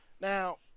now